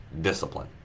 discipline